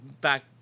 back